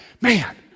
Man